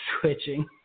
switching